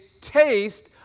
taste